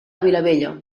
vilavella